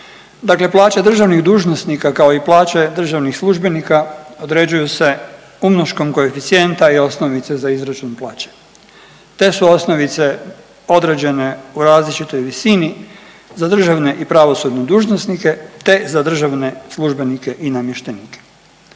Dakle plaće državnih dužnosnika, kao i plaće državnih službenika, određuju se umnoškom koeficijenta i osnovice za izračun plaće. Te su osnovice određene u različitoj visini za državne i pravosudne dužnosnike te za državne službenike i namještenike